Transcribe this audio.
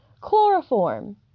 Chloroform